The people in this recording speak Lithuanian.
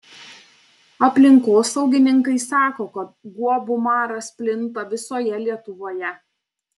aplinkosaugininkai sako kad guobų maras plinta visoje lietuvoje